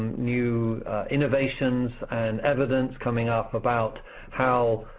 new innovations and evidence coming up about how